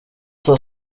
saa